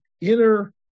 inner